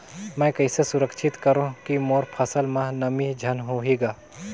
मैं कइसे सुरक्षित करो की मोर फसल म नमी झन होही ग?